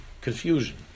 confusion